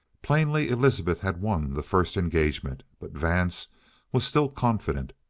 plainly elizabeth had won the first engagement, but vance was still confident.